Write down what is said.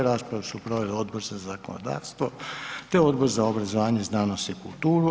Raspravu su proveli Odbor za zakonodavstvo te Odbor za obrazovanje, znanost i kulturu.